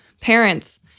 parents